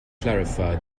clarify